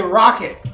rocket